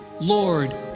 Lord